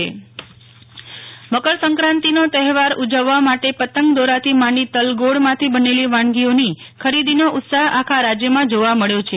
નેહલ ઠકકર મકરસક્રાંતિ મકર સક્રાંતિનો તહેવાર ઉજવવા માટે પતંગ દોરાથી માંડીને તલગોળમાંથી બનેલી વાનગીઓની ખરીદોનો ઉત્સાહ આખા રાજયામં જોવા મળ્યો છે